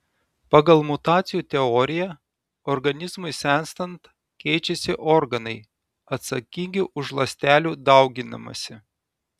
pagal mutacijų teoriją organizmui senstant keičiasi organai atsakingi už ląstelių dauginimąsi